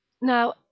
Now